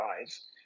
eyes